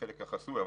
בחלק החסוי,